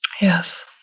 Yes